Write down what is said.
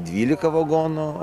dvylika vagonų